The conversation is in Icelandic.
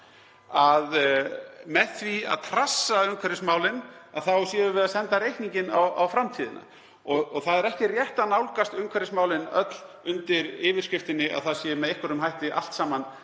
og með því að trassa umhverfismálin séum við að senda reikninginn á framtíðina. Það er ekki rétt að nálgast umhverfismálin öll undir þeirri yfirskrift að það sé með einhverjum hætti allt saman